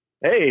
hey